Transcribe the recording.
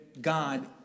God